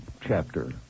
chapter